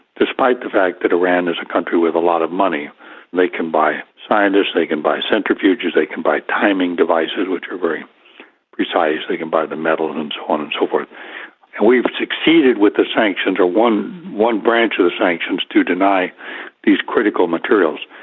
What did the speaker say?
despite the fact that iran is a country with a lot of money they can buy scientists, they can buy centrifuges, they can buy timing devices which are very precise, they can buy the metals and so on and so forth and we've succeeded with the sanctions, or one one branch of the sanctions, to deny these critical materials.